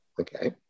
Okay